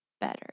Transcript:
better